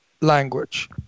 language